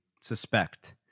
suspect